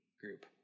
group